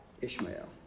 Ishmael